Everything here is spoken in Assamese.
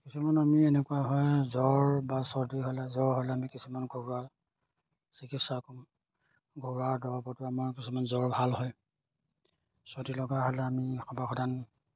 কিছুমান আমি এনেকুৱা হয় জ্বৰ বা চৰ্দি হ'লে জ্বৰ হ'লে আমি কিছুমান ঘৰুৱা চিকিৎসা কৰোঁ ঘৰুৱা দৰৱতো আমাৰ কিছুমান জ্বৰ ভাল হয় চৰ্দি লগা হ'লে আমি সৰ্বসাধৰণ